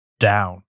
down